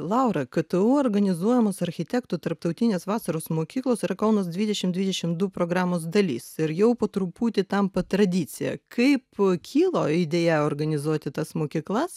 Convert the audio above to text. laura ktu organizuojamos architektų tarptautinės vasaros mokyklos ir kaunas dvidešim dvidešim duprogramos dalys ir jau po truputį tampa tradicija kaip kilo idėja organizuoti tas mokyklas